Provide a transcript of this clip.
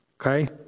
okay